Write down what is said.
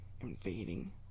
invading